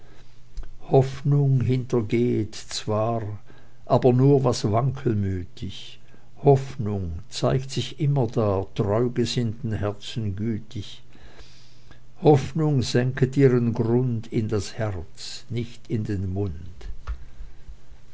hoffnung hintergehet zwar aber nur was wankelmütig hoffnung zeigt sich immerdar treugesinnten herzen gütig hoffnung senket ihren grund in das herz nicht in den mund